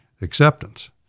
acceptance